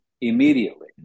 immediately